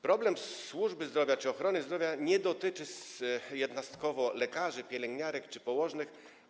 Problem służby zdrowia czy ochrony zdrowia nie dotyczy jednostkowo lekarzy, pielęgniarek czy położnych.